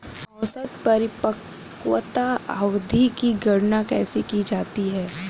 औसत परिपक्वता अवधि की गणना कैसे की जाती है?